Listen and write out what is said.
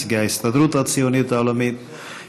נציגי ההסתדרות הציונית העולמית,